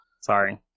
Sorry